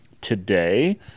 Today